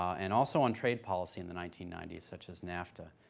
and also on trade policy in the nineteen ninety s such as nafta.